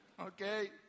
Okay